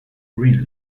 green